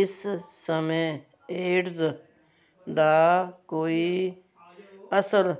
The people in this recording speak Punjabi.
ਇਸ ਸਮੇਂ ਏਡਜ਼ ਦਾ ਕੋਈ ਅਸਲ